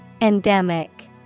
Endemic